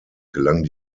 gelang